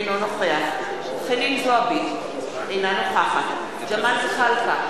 אינו נוכח חנין זועבי, אינה נוכחת ג'מאל זחאלקה,